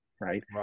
right